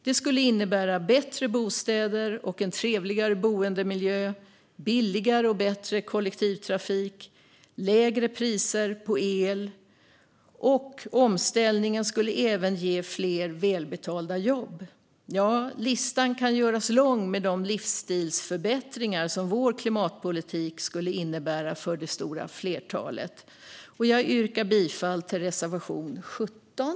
Det skulle innebära bättre bostäder och en trevligare boendemiljö, billigare och bättre kollektivtrafik samt lägre priser på el. Och omställningen skulle även ge fler välbetalda jobb. Ja, listan kan göras lång med de livsstilsförbättringar som vår klimatpolitik skulle innebära för det stora flertalet. Jag yrkar bifall till reservation 17.